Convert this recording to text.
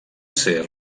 ser